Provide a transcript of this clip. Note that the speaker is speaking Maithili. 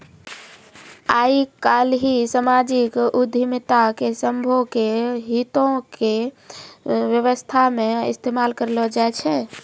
आइ काल्हि समाजिक उद्यमिता के सभ्भे के हितो के व्यवस्था मे इस्तेमाल करलो जाय छै